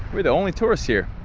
we're the only tourists here.